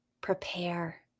prepare